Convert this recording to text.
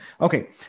Okay